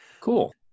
cool